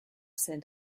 zen